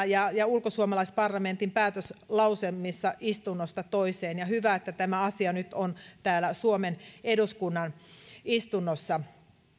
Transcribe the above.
ja ja ulkosuomalaisparlamentin päätöslauselmissa istunnosta toiseen ja hyvä että tämä asia nyt on täällä suomen eduskunnan istunnossa